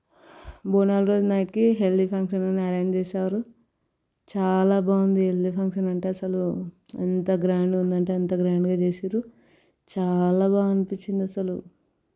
మూడు నాలుగు రోజుల నైట్కి హల్దీ ఫంక్షన్ అరేంజ్ చేశారు చాలా బాగుంది హల్దీ ఫంక్షన్ అంటే అసలు ఎంత గ్రాండ్గా ఉందంటే అంత గ్రాండ్గా చేసిండ్రు చాలా బాగా అనిపించింది అసలు